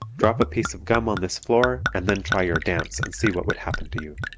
drop a piece of gum on this floor and then try your dance and see what would happen to you.